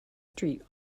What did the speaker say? street